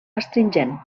astringent